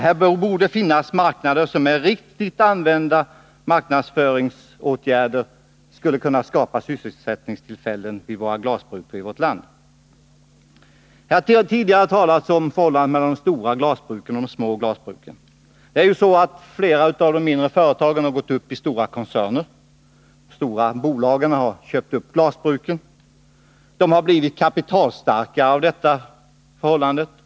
Här borde finnas marknader som med riktigt insatta marknadsföringsåtgärder skulle kunna skapa sysselsättningstillfällen för de svenska glasbruken. Här har tidigare talats om förhållandet mellan de stora glasbruken och de små glasbruken. Flera av de mindre företagen har gått upp i stora koncerner. De stora bolagen har köpt upp glasbruken. De har blivit kapitalstarkare av detta förhållande.